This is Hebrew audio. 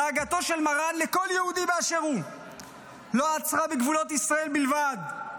דאגתו של מרן לכל יהודי באשר הוא לא עצרה בגבולות ישראל בלבד.